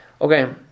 okay